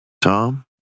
Tom